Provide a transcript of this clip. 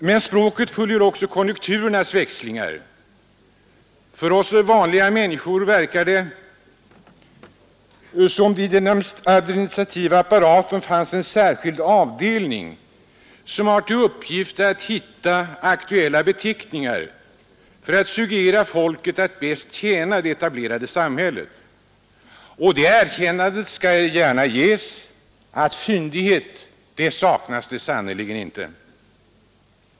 Men språkbruket följer också konjunkturernas växlingar. För oss vanliga människor verkar det som om det i den administrativa apparaten fanns en särskild avdelning, som har till uppgift att hitta aktuella beteckningar för att suggerera folket och bäst tjäna det etablerade samhället. Det erkännandet skall jag gärna ge att fyndighet sannerligen inte saknas.